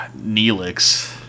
Neelix